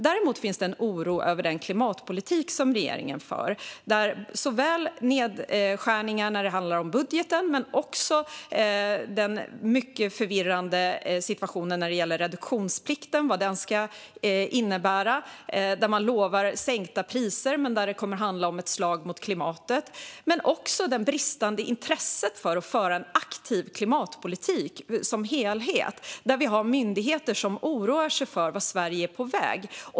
Däremot finns det en oro över den klimatpolitik som regeringen för när det gäller såväl nedskärningarna i budgeten som den mycket förvirrande situationen när det gäller reduktionsplikten och vad den ska innebära. Man lovar sänkta priser, men det kommer att handla om ett slag mot klimatet. Det är också ett bristande intresse för att föra en aktiv klimatpolitik som helhet. Vi har myndigheter som oroar sig för vart Sverige är på väg.